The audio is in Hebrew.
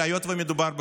אלא שהיות שמדובר בכלכלה,